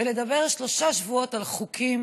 ולדבר שלושה שבועות על חוקים